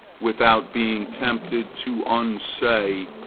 without being tempted to unsay,